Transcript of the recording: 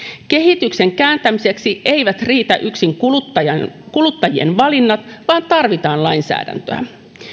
kehityksen kääntämiseksi eivät riitä yksin kuluttajien kuluttajien valinnat vaan tarvitaan lainsäädäntöä